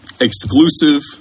exclusive